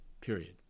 Period